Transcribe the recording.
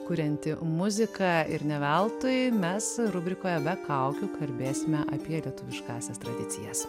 kurianti muzika ir ne veltui mes rubrikoje be kaukių kalbėsime apie lietuviškąsias tradicijas